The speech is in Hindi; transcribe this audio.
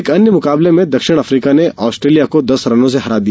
एक अन्य मुकाबले में दक्षिण अफ्रीका ने ऑस्ट्रेलिया को दस रनों से हरा दिया